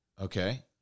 Okay